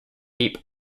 deep